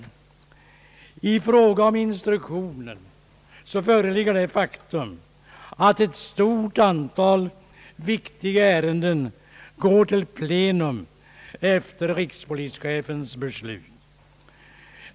I fråga om instruktionen föreligger det faktum att ett stort antal viktiga ärenden går till plenum efter rikspolischefens beslut.